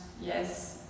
yes